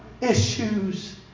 issues